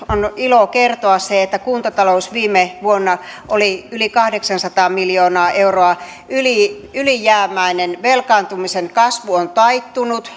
ilo kertoa se että kuntatalous viime vuonna oli yli kahdeksansataa miljoonaa euroa ylijäämäinen velkaantumisen kasvu on taittunut